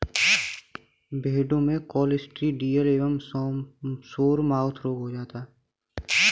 भेड़ में क्लॉस्ट्रिडियल एवं सोरमाउथ रोग हो जाता है